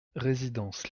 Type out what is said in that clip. résidence